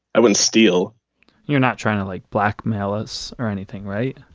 i wouldn't steal you're not trying to, like, blackmail us or anything, right?